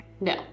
No